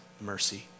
mercy